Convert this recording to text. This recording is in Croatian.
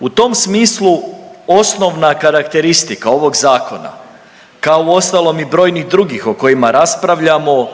U tom smislu osnovna karakteristika ovog zakona kao uostalom i brojnih drugih o kojima raspravljamo